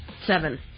Seven